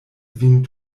vin